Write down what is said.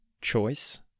choice